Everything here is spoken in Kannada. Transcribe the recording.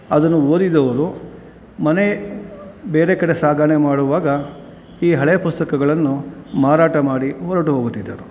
ಅದನ್ನು ಓದಿದವರು ಮನೆ ಬೇರೆ ಕಡೆ ಸಾಗಣೆ ಮಾಡುವಾಗ ಈ ಹಳೆಯ ಪುಸ್ತಕಗಳನ್ನು ಮಾರಾಟ ಮಾಡಿ ಹೊರಟು ಹೋಗುತ್ತಿದ್ದರು